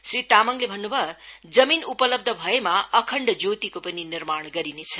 श्री तामाङले भन्नु भयो जमीन उपलब्ध भएमा अखण्ड ज्योतिको पनि निर्माण गरिनेछ